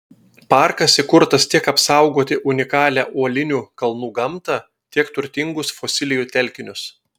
parkas įkurtas tiek apsaugoti unikalią uolinių kalnų gamtą tiek turtingus fosilijų telkinius